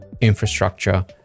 infrastructure